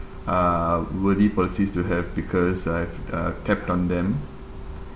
uh worthy policies to have because I've uh tapped on them